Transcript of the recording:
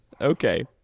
Okay